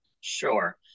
Sure